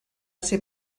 ser